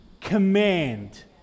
command